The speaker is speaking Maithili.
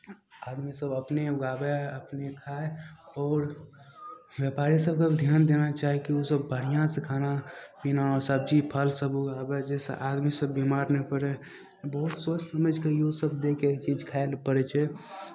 आदमीसभ अपने उगाबय अपने खाय आओर व्यापारी सभकेँ भी ध्यान देना चाही कि ओसभ बढ़िआँ से खाना पीना आओर सबजी फल उगाबय जाहिसँ आदमीसभ बिमार नहि पड़य बहुत सोचि समझि कऽ इहोसभ देखि कऽ खाय लेल पड़ै छै